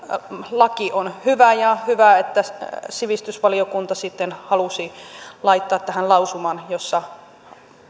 laki on hyvä ja hyvä että sivistysvaliokunta sitten halusi laittaa tähän lausuman jossa